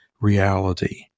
reality